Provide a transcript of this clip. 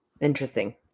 Interesting